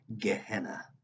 Gehenna